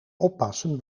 oppassen